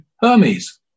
Hermes